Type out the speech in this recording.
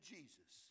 Jesus